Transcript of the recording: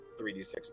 3d6